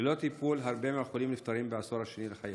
ללא טיפול הרבה מהחולים נפטרים בעשור השני לחייהם.